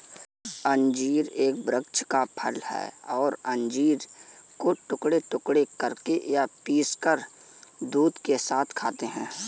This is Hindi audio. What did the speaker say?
अंजीर एक वृक्ष का फल है और अंजीर को टुकड़े टुकड़े करके या पीसकर दूध के साथ खाते हैं